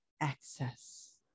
access